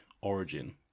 origin